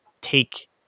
take